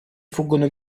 fuggono